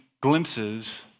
glimpses